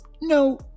No